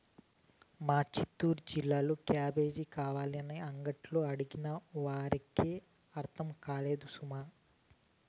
మా చిత్తూరు జిల్లాలో క్యాబేజీ కావాలని అంగట్లో అడిగినావా వారికేం అర్థం కాదు సుమా